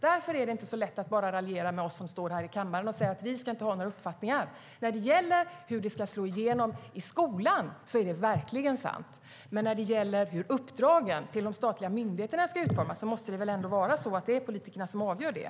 Därför är det inte så lätt att bara raljera med oss som står här i kammaren och säga att vi inte ska inte ha några uppfattningar. När det gäller hur det ska slå igenom i skolan är det verkligen sant, men när det gäller hur uppdragen till de statliga myndigheterna ska utformas måste det väl ändå vara politikerna som avgör det.